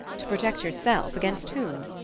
to protect yourself? against whom?